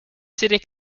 city